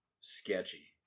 Sketchy